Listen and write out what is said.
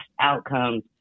outcomes